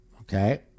Okay